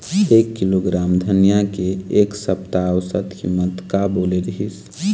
एक किलोग्राम धनिया के एक सप्ता औसत कीमत का बोले रीहिस?